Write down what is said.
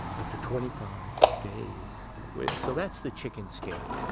after twenty-five days. so, that's the chicken skin,